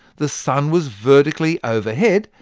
the sun was vertically overhead,